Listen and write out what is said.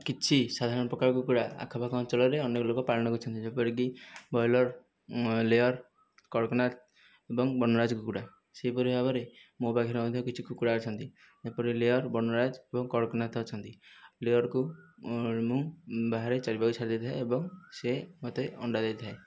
କିଛି ସାଧାରଣ ପ୍ରକାର କୁକୁଡ଼ା ଆଖପାଖ ଅଞ୍ଚଳରେ ଅନେକ ଲୋକ ପାଳନ କରିଛନ୍ତି ଯେପରିକି ବ୍ରଏଲେର ଲେଅର କଡ଼କନାଥ ଏବଂ ବନରାଜ କୁକୁଡ଼ା ସେହିପରି ଭାବରେ ମୋ ପାଖରେ ମଧ୍ୟ କିଛି କୁକୁଡ଼ା ଅଛନ୍ତି ଯେପରି ଲେଅର ବନରାଜ ଏବଂ କଡ଼କନାଥ ଅଛନ୍ତି ଲେଅରକୁ ମୁଁ ବାହାରେ ଚାରିପାଖରେ ଛାଡ଼ି ଦେଇଥାଏ ଏବଂ ସେ ମୋତେ ଅଣ୍ଡା ଦେଇଥାଏ